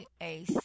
Ace